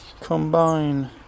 Combine